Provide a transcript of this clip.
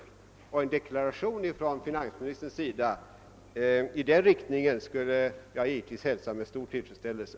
En deklaration från finansministern i den riktningen skulle jag givetvis hälsa med stor tillfredsställelse.